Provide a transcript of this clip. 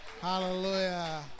Hallelujah